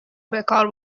بکار